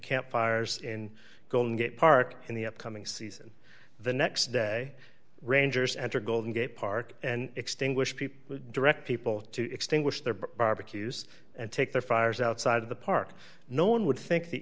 campfires in golden gate park in the upcoming season the next day rangers enter golden gate park and extinguish people direct people to extinguish their barbecues and take their fires outside of the park no one would think the